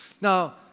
Now